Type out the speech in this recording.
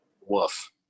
Woof